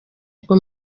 bwo